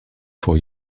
for